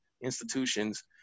institutions